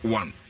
one